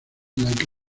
like